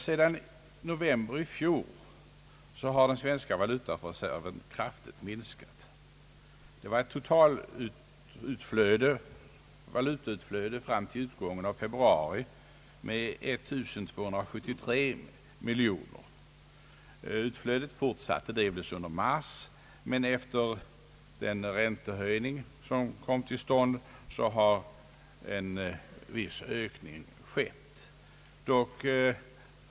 Sedan november i fjol har den svenska valutareserven kraftigt minskat. Fram till utgången av februari uppgick valutautflödet till ej mindre än 1 273 miljoner kronor. Utflödet fortsatte delvis under mars, men efter den räntehöjning som då kom till stånd har valutareserven visat icke obetydlig ökning.